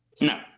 No